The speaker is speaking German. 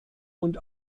und